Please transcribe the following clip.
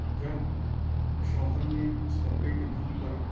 جب شوہر نے اس کپڑے کو دھل کر